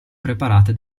preparate